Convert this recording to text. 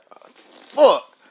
Fuck